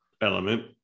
element